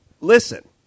listen